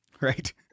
Right